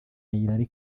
hillary